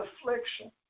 affliction